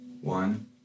One